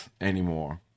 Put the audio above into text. anymore